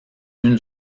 une